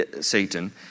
Satan